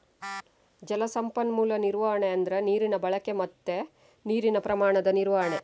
ಜಲ ಸಂಪನ್ಮೂಲ ನಿರ್ವಹಣೆ ಅಂದ್ರೆ ನೀರಿನ ಬಳಕೆ ಮತ್ತೆ ನೀರಿನ ಪ್ರಮಾಣದ ನಿರ್ವಹಣೆ